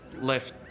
left